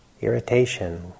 Irritation